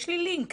יש לי לינק.